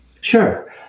Sure